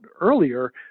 earlier